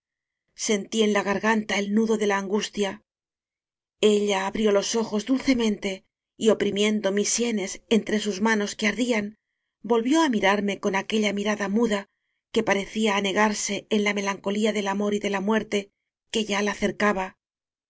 tí en la garganta el nudo de la angustia ella abrió los ojos dulcemente y oprimiendo mis sienes entre sus manos que ardían volvió á mirarme con aquella mirada muda que pa recía anegarse en la melancolía del amor y de la muerte que ya la cercaba